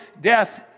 death